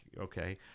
Okay